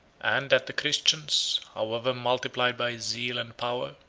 and that the christians, however multiplied by zeal and power,